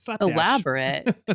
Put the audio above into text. Elaborate